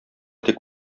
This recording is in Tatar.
тик